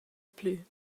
plü